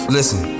listen